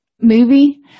movie